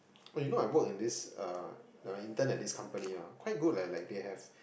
oh you know I work at this uh like I intern at this company ah quite good leh like they have